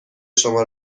شما